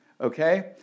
Okay